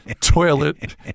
toilet